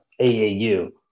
aau